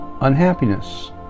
unhappiness